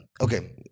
okay